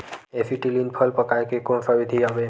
Acetylene फल पकाय के कोन सा विधि आवे?